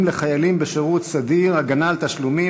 לחיילים בשירות סדיר (הגנה על תשלומים),